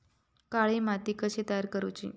काळी माती कशी तयार करूची?